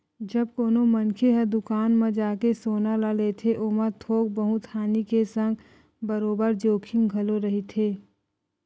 जब कोनो मनखे ह दुकान म जाके सोना ल लेथे ओमा थोक बहुत हानि के संग बरोबर जोखिम घलो रहिथे